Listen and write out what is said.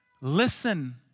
listen